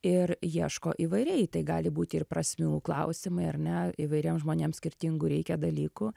ir ieško įvairiai tai gali būti ir prasmių klausimai ar ne įvairiems žmonėms skirtingų reikia dalykų